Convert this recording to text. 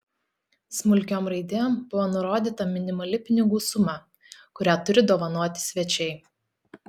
smulkiom raidėm buvo nurodyta minimali pinigų suma kurią turi dovanoti svečiai